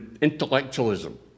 intellectualism